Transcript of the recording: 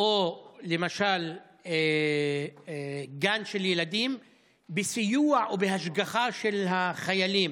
או למשל גן של ילדים בסיוע או בהשגחה של החיילים.